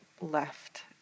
left